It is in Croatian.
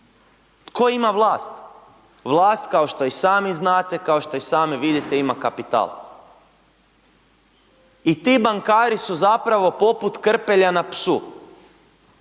tko ima vlast? Vlast kao što i sami znate, kao što i sami vidite ima kapital. I ti bankari su zapravo poput krpelja na psu.